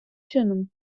чином